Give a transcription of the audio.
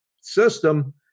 system